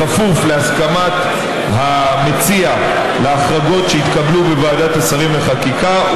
בכפוף להסכמת המציע להחרגות שהתקבלו בוועדת השרים לחקיקה.